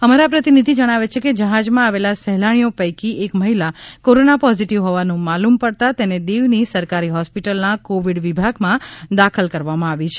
અમારા પ્રતિનિધિ જણાવે છે કે જહાજમાં આવેલા સહેલાણીઓ પૈકી એક મહિલા કોરોના પોઝિટિવ હોવાનું માલૂમ પડતાં તેને દીવની સરકારી હોસ્પિટલના કોવિડ વિભાગમાં દાખલ કરવામાં આવી છે